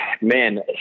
Man